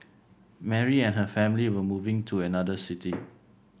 Mary and her family were moving to another city